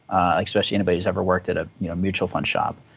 like especially anybody's ever worked at a mutual fund shop,